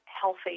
healthy